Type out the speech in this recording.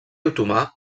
otomà